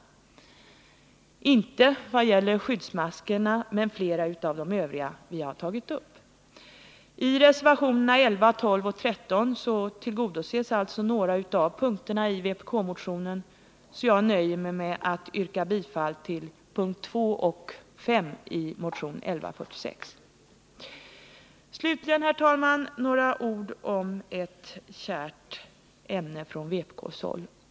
Det gäller inte våra krav beträffande skyddsmaskerna men flera av de andra krav som vi fört fram. I reservationerna 11, 12 och 13 tillgodoses några av punkterna i vpk-motionen, varför jag nu kan nöja mig med att yrka bifall till punkterna 2 och 5 i motion 1146. Slutligen, herr talman, några ord om ett kärt ämne på vpk-håll.